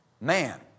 Man